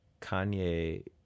Kanye